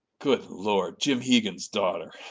good lord! jim hegan's daughter!